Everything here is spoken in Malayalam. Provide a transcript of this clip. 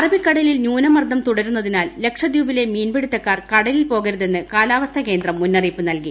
അറബിക്കടലിൽ ന്യൂനമർദ്ദം തുടരുന്നതിനാൽ ലക്ഷദ്വീപിലെ മീൻപിടുത്തക്കാർ കടലിൽ പോകരുതെന്ന് കാലാവസ്ഥാ കേന്ദ്രം മുന്നറിയിപ്പ് നൽകി